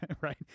right